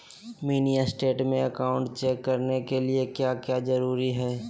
Mini state में account check करने के लिए क्या क्या जरूरी है?